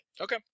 okay